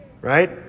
Right